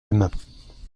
aimes